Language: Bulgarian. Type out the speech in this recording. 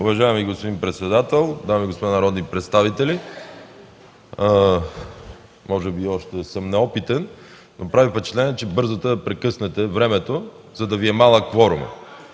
Уважаеми господин председател, дами и господа народни представители! Може би още съм неопитен, но прави впечатление, че бързате да прекъснете времето, за да е малък кворумът.